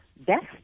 best